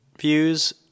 views